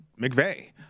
mcveigh